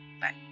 Bye